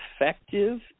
effective